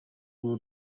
uru